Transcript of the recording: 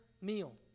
meal